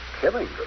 Killing